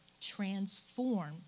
transform